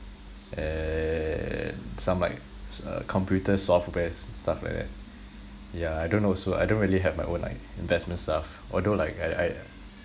and some like uh computer software stuff like that yeah I don't know also I don't really have my own like investment stuff although like I I